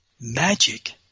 magic